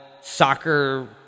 soccer